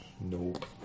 Nope